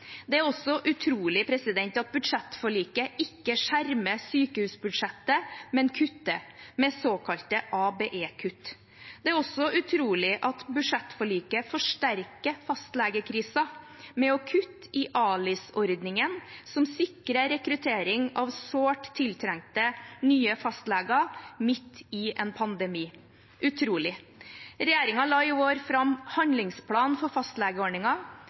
Det er utrolig at budsjettforliket ikke skjermer sykehusbudsjettet, men kutter med såkalte ABE-kutt. Det er også utrolig at budsjettforliket forsterker fastlegekrisen ved å kutte i ALIS-ordningen, som sikrer rekruttering av sårt tiltrengte nye fastleger midt i en pandemi. Regjeringen la i år fram en handlingsplan for